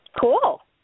Cool